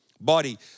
body